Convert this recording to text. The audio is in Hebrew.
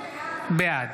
בעד